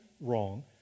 wrong